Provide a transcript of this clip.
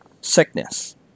sickness